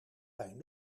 pijn